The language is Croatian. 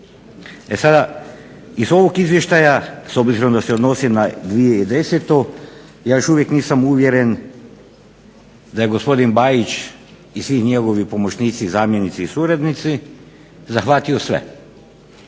E sada, iz ovog izvještaja s obzirom da se odnosi na 2010. ja još uvijek nisam uvjeren da je gospodin Bajić i svi njegovi suradnici, pomoćnici i zamjenici zahvatio sve